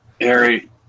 Harry